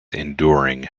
enduring